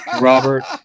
Robert